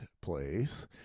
place